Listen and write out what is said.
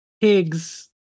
pigs